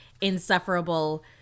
insufferable